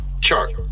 chart